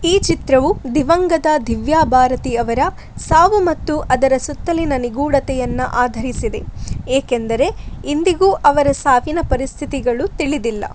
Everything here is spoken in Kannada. ಈ ಚಿತ್ರವು ದಿವಂಗತ ದಿವ್ಯಾ ಭಾರತಿ ಅವರ ಸಾವು ಮತ್ತು ಅದರ ಸುತ್ತಲಿನ ನಿಗೂಢತೆಯನ್ನು ಆಧರಿಸಿದೆ ಏಕೆಂದರೆ ಇಂದಿಗೂ ಅವರ ಸಾವಿನ ಪರಿಸ್ಥಿತಿಗಳು ತಿಳಿದಿಲ್ಲ